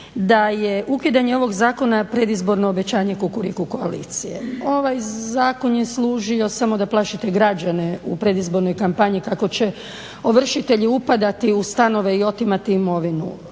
da je ukidanje ovog zakona predizborno obećanje Kukuriku koalicije. Ovaj zakon je služio samo da plašite građane u predizbornoj kampanji kako će ovršitelji upadati u stanove i otimati imovinu.